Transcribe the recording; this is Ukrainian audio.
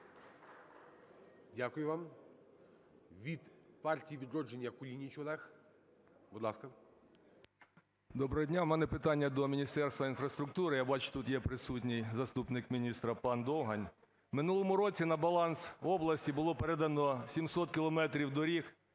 Дякую вам. Від "Партії "Відродження" Кулініч Олег, будь ласка. 10:34:57 КУЛІНІЧ О.І. Доброго дня! В мене питання до Міністерства інфраструктури, я бачу, тут є присутній заступник міністра пан Довгань. У минулому році на баланс області було передано 70 кілометрів доріг